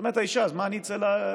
אומרת האישה, לשם מה אני אצא לעבודה?